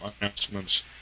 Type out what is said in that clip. announcements